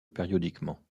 périodiquement